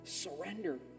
surrender